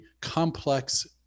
complex